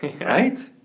Right